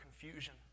confusion